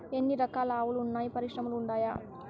ఎన్ని రకాలు ఆవులు వున్నాయి పరిశ్రమలు ఉండాయా?